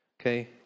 okay